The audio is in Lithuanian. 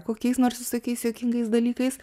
kokiais nors visokiais juokingais dalykais